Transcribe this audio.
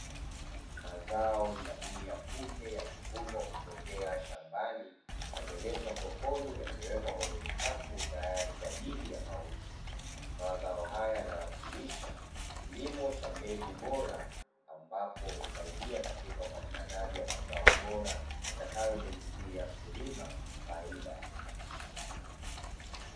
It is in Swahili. Mazao jamii ya kunde yamevunwa na kupelekwa shambani yameletwa sokoni yamewekwa kwenye vikapu tayari kwa ajili ya mauzo, mazao haya yana wakilisha kilimo cha mbegu bora ambapo husaidia katika upatikanaji wa mazao bora yatakayo muingizia mkulima faida.